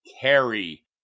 carry